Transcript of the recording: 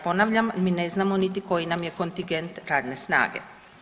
Ponavljam, mi ne znamo niti koji nam je kontingent radne snage.